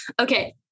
Okay